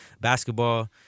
basketball